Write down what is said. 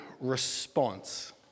response